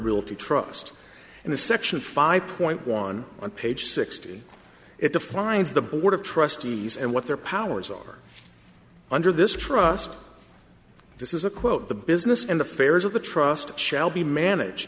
realty trust in the section five point one on page sixty it defines the board of trustees and what their powers are under this trust this is a quote the business and affairs of the trust shall be managed